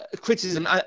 criticism